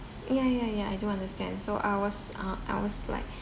ya ya ya I do understand so I was uh I was like